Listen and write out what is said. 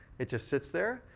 it just sits there,